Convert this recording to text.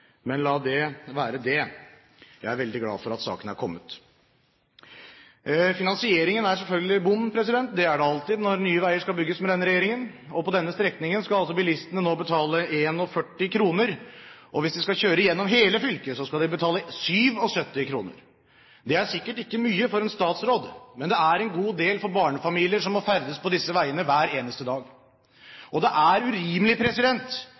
Men la det være det. Jeg er veldig glad for at saken har kommet. Finansieringen er selvfølgelig med bom. Det er det alltid når nye veier skal bygges under denne regjeringen. På denne strekningen skal bilistene nå betale 41 kr. Hvis de skal kjøre gjennom hele fylket, skal de betale 77 kr. Det er sikkert ikke mye for en statsråd, men det er en god del for barnefamilier som må ferdes på disse veiene hver eneste dag. Det er urimelig,